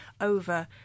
over